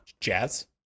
jazz